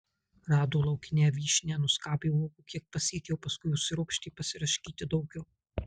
rado laukinę vyšnią nuskabė uogų kiek pasiekė o paskui užsiropštė pasiraškyti daugiau